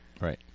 Right